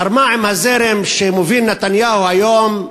זרמה עם הזרם שמוביל נתניהו היום,